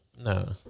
No